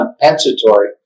compensatory